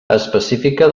específica